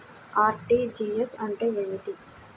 RTGS అంటే ఏమిటి?